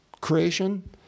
creation